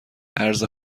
ارز